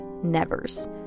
nevers